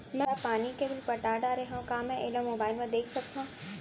मैं पानी के बिल पटा डारे हव का मैं एला मोबाइल म देख सकथव?